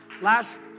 Last